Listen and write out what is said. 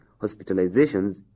hospitalizations